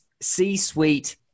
C-suite